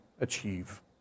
achieve